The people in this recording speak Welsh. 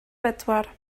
bedwar